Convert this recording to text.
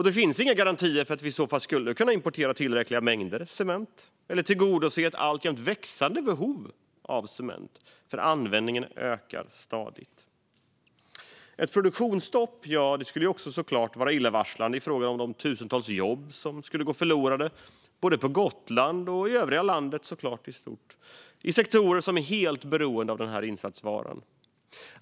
Det finns inga garantier för att vi i så fall skulle kunna importera tillräckliga mängder cement eller tillgodose ett alltjämt växande behov av cement, för användningen ökar stadigt. Ett produktionsstopp skulle såklart också vara illavarslande i fråga om de tusentals jobb som skulle gå förlorade i sektorer som är helt beroende av den här insatsvaran, både på Gotland och i övriga landet.